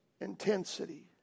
intensity